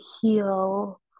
heal